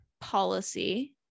policy